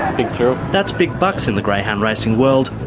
big thrill. that's big bucks in the greyhound-racing world,